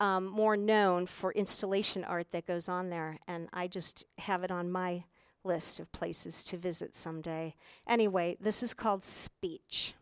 more known for installation art that goes on there and i just have it on my list of places to visit someday anyway this is called speech